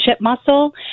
muscle